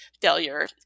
failure